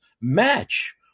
match